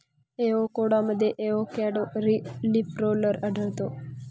एवोकॅडोमध्ये avocado leaf roller आढळतो